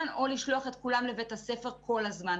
או לשלוח את כולם לבית הספר כל הזמן.